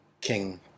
King